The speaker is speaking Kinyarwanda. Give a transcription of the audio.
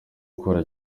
gukora